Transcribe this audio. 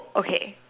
okay